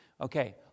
Okay